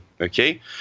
Okay